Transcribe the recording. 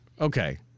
Okay